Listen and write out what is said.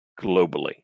globally